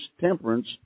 temperance